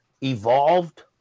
evolved